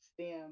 stem